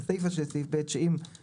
בסיפא של סעיף ב אנו קובעים שאם לא